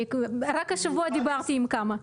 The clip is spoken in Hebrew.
אני רק השבוע דיברתי עם כמה.